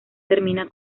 termina